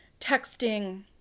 texting